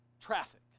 traffic